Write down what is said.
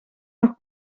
nog